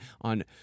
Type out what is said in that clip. on